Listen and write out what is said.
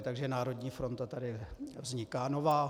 Takže národní fronta tady vzniká nová.